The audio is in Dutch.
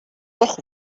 toch